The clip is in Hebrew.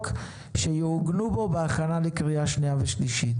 שיעוגנו בו בהכנה לקריאה השנייה והשלישית.